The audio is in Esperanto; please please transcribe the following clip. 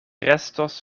restos